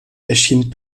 erschien